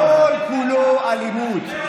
כל-כולו אלימות,